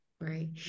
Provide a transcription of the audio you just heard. right